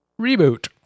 Reboot